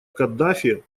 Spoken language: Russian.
каддафи